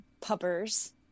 puppers